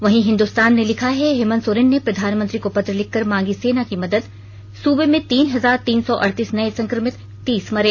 वहीं हिन्दुस्तान ने लिखा है हेमंत सोरेन ने प्रधानमंत्री को पत्र लिखकर मांगी सेना की मदद सुबे में तीन हजार तीन सौ अड़तीस नए संक्रमित तीस मरे